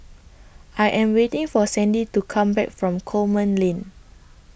I Am waiting For Sandie to Come Back from Coleman Lane